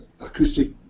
Acoustic